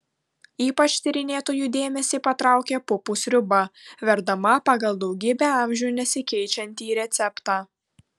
ypač tyrinėtojų dėmesį patraukė pupų sriuba verdama pagal daugybę amžių nesikeičiantį receptą